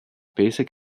basic